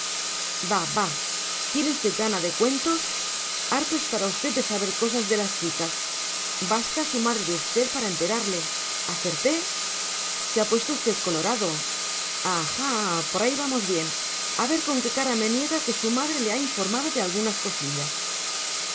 bah bah tiene usted gana de cuentos harto estará usted de saber cosas de las chicas basta su madre de usted para enterarle acerté se ha puesto usted colorado ajá por ahí vamos bien a ver con qué cara me niega que su madre le ha informado de algunas cosillas